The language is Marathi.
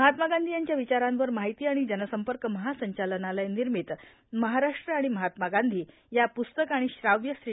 महात्मा गांधी यांच्या विचारांवर माहिती आणि जनसंपर्क महासंचालनालय निर्मित महाराष्ट्र आणि महात्मा गांधी या प्रस्तक आणि श्राव्य सी